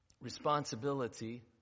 responsibility